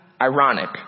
ironic